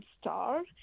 star